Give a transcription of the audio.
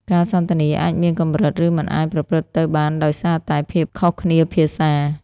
ការសន្ទនាអាចមានកម្រិត ឬមិនអាចប្រព្រឹត្តទៅបានដោយសារតែភាពខុសគ្នាភាសា។